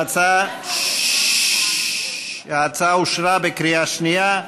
ההצעה אושרה בקריאה שנייה.